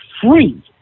free